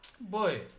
Boy